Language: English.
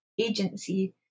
agency